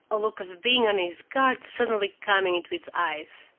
a look of being on his guard suddenly coming into his eyes.